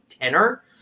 tenor